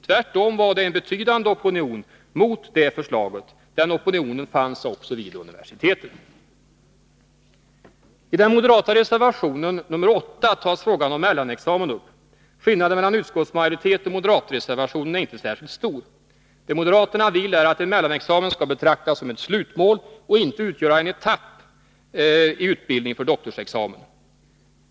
Tvärtom var det en betydande opinion mot det förslaget. Den opinionen fanns också vid universiteten. I den moderata reservationen 8 tas frågan om mellanexamen upp. Skillnaden mellan utskottsmajoriteten och moderatreservationen är inte särskilt stor. Moderaterna vill att mellanexamen skall betraktas som ett slutmål och inte utgöra en etapp i utbildningen för doktorsexamen.